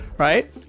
Right